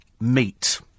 meet